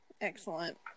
Excellent